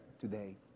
today